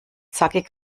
zackig